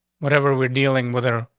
whatever we're dealing with her,